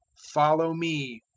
follow me.